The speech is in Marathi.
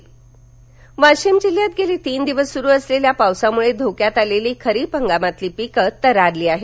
अत्यल्प पाणीसाठा वाशिम वाशिम जिल्ह्यात गेले तीन दिवस सुरु असलेल्या पावसामुळ धोक्यात आलेली खरीप हंगामातील पिकं तरारली आहेत